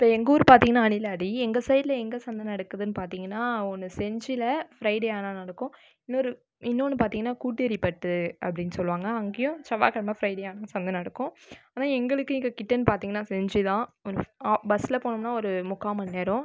இப்போ எங்கள் ஊர் பார்த்திங்கன்னா அணிலாடி எங்கள் சைடில் எங்கே சந்தை நடக்குதுன்னு பார்த்திங்கன்னா ஒன்று செஞ்சியில் ஃப்ரைடே ஆனால் நடக்கும் இன்னொரு இன்னொன்று பார்த்திங்கன்னா கூட்டேரிபட்டு அப்படின்னு சொல்வாங்க அங்கேயும் செவ்வாய் கிழமை ஃபிரைடே ஆனால் சந்தை நடக்கும் ஆனால் எங்களுக்கு இங்கே கிட்டேன்னு பார்த்திங்கன்னா செஞ்சி தான் ஒரு ஆ பஸ்ஸில் போனோம்னா ஒரு முக்கால் மணிநேரம்